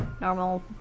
normal